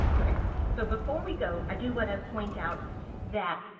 so before we go, i do want to point out that